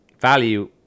value